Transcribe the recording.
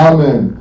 Amen